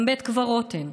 גם בית קברות אין.